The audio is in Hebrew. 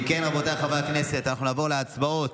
אם כן, רבותיי חברי הכנסת, אנחנו נעבור להצבעות.